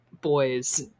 boys